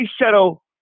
shuttle